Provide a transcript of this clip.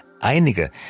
Einige